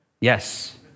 Yes